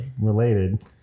related